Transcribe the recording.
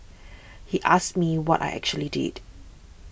he asked me what I actually did